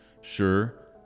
Sure